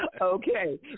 Okay